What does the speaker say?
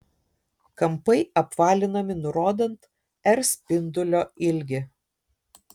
kampai apvalinami nurodant r spindulio ilgį